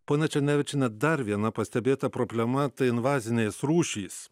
ponia černevičiene dar viena pastebėta problema tai invazinės rūšys